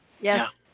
Yes